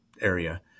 area